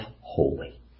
holy